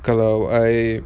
kalau I